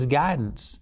guidance